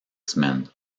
semaines